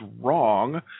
wrong